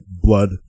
blood